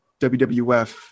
WWF